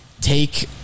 Take